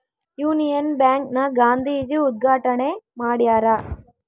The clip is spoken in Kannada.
ಯುನಿಯನ್ ಬ್ಯಾಂಕ್ ನ ಗಾಂಧೀಜಿ ಉದ್ಗಾಟಣೆ ಮಾಡ್ಯರ